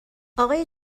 اقای